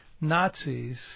Nazis